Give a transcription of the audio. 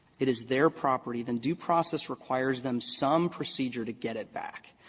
it is their property, then due process requires them some procedure to get it back,